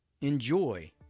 Enjoy